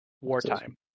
Wartime